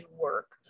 work